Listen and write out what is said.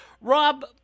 Rob